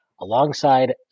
alongside